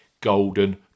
golden